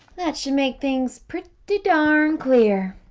that should make things pretty darn clear.